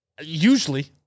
Usually